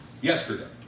yesterday